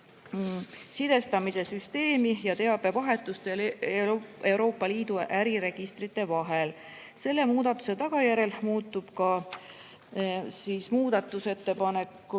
sidestamise süsteemi ja teabevahetust Euroopa Liidu äriregistrite vahel. Selle muudatuse tagajärjel muutub ka paragrahvide